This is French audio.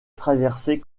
traversée